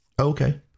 Okay